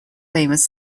famous